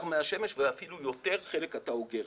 מהשמש ואפילו יותר כי חלק אתה אוגר.